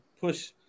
push